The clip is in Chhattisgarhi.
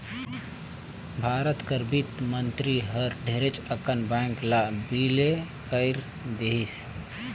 भारत कर बित्त मंतरी हर ढेरे अकन बेंक ल बिले कइर देहिस